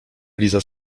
liza